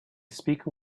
speak